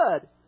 good